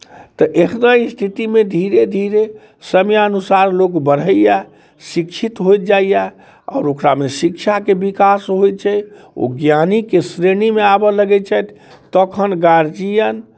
तऽ एहन स्थितिमे धीरे धीरे समयानुसार लोक बढ़ैए शिक्षित होइत जाइए आओर ओकरामे शिक्षाके विकास होइत छै ओ ज्ञानीके श्रेणीमे आबय लगैत छथि तखन गार्जियन